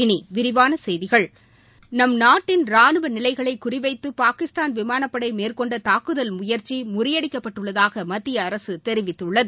இனி விரிவான செய்திகள் நம் நாட்டின் ராணுவ நிலைகளை குறிவைத்து பாகிஸ்தான் விமானப் படை மேற்கொண்ட தாக்குதல் முயற்சி முறியடிக்கப்பட்டுள்ளதாக மத்திய அரசு தெரிவித்துள்ளது